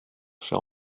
chère